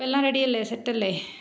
അപ്പോൾ എല്ലാം റെഡിയല്ലേ സെറ്റല്ലേ